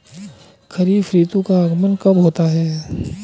खरीफ ऋतु का आगमन कब होता है?